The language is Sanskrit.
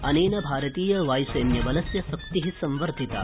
अनेन भारतीय वायुसैन्यबलस्य शक्ति संवर्धिता